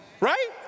Right